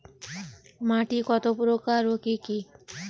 মাটি কত প্রকার ও কি কি?